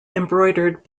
embroidered